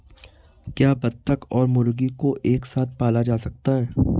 क्या बत्तख और मुर्गी को एक साथ पाला जा सकता है?